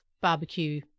barbecue